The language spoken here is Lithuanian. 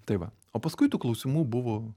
tai va o paskui tų klausimų buvo